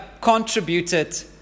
contributed